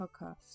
Podcast